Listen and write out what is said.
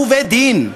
ובדין,